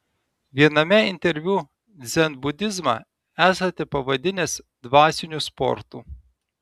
viename interviu dzenbudizmą esate pavadinęs dvasiniu sportu